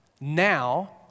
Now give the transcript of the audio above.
Now